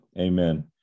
Amen